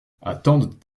attendent